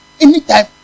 anytime